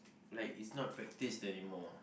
like it's not practiced anymore